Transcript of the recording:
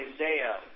Isaiah